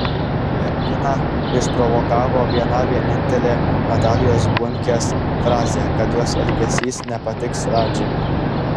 merginą išprovokavo viena vienintelė natalijos bunkės frazė kad jos elgesys nepatiks radži